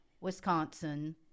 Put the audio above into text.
Wisconsin